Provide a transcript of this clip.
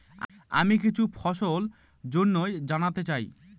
আমি কিছু ফসল জন্য জানতে চাই